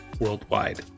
worldwide